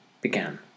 began